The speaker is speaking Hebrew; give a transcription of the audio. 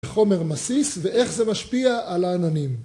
חומר מסיס, ואיך זה משפיע על העננים